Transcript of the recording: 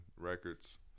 records